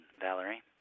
Valerie